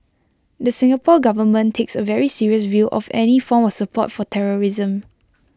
the Singapore Government takes A very serious view of any form of support for terrorism